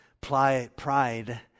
pride